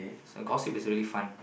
so gossip is really fun